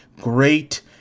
great